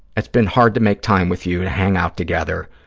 it's been hard to make time with you to hang out together,